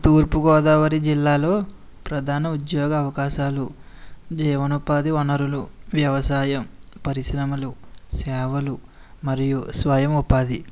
తూర్పుగోదావరి జిల్లాలో ప్రధాన ఉద్యోగ అవకాశాలు జీవనోపాధి వనరులు వ్యవసాయం పరిశ్రమలు సేవలు మరియు స్వయం ఉపాధి